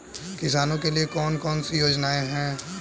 किसानों के लिए कौन कौन सी योजनाएं हैं?